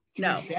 No